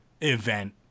event